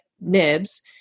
nibs